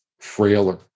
frailer